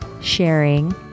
sharing